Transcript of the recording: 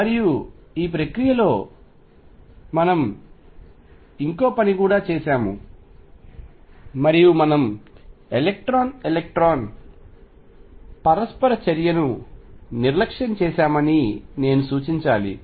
మరియు ఈ ప్రక్రియలో మనం ఇంకో పని కూడా చేశాము మరియు మనము ఎలక్ట్రాన్ ఎలక్ట్రాన్ పరస్పర చర్యను నిర్లక్ష్యం చేశామని నేను సూచించాలి